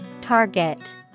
Target